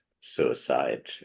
suicide